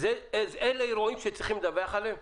אלה אירועים שצריכים לדווח עליהם?